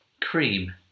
Cream